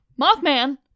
Mothman